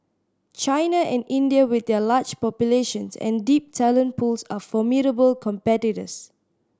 China and India with their large populations and deep talent pools are formidable competitors